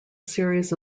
series